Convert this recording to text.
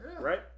Right